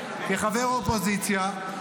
כחבר אופוזיציה,